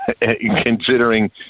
considering